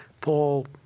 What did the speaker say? Paul